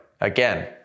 again